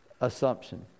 assumption